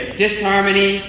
disharmony